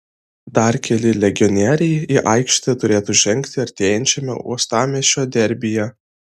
dar keli legionieriai į aikštę turėtų žengti artėjančiame uostamiesčio derbyje